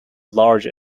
large